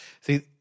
See